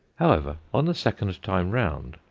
however, on the second time round,